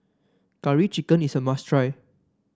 Curry Chicken is a must try